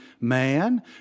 man